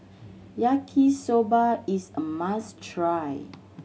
Yaki Soba is a must try